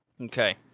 okay